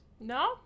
No